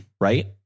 Right